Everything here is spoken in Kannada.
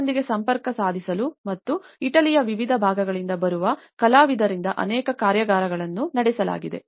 ಕಲೆಯೊಂದಿಗೆ ಸಂಪರ್ಕ ಸಾಧಿಸಲು ಮತ್ತು ಇಟಲಿಯ ವಿವಿಧ ಭಾಗಗಳಿಂದ ಬರುವ ಕಲಾವಿದರಿಂದ ಅನೇಕ ಕಾರ್ಯಾಗಾರಗಳನ್ನು ನಡೆಸಲಾಗಿದೆ